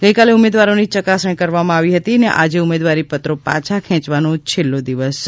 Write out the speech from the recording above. ગઇકાલે ઉમેદવારોની ચકાસણી કરવામાં આવી હતી અને આજે ઉમેદવારીપત્રો પાછાં ખેયવાનો છેલ્લો દિવસ છે